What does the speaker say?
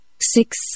six